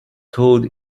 code